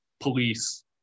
police